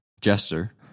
jester